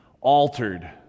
altered